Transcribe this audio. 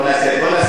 בואו נעשה סדר.